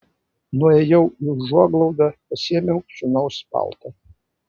nuėjau į užuoglaudą pasiėmiau sūnaus paltą